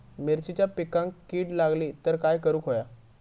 मिरचीच्या पिकांक कीड लागली तर काय करुक होया?